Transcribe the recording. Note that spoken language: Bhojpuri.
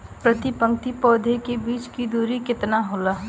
प्रति पंक्ति पौधे के बीच की दूरी केतना होला?